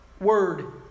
word